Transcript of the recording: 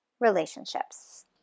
relationships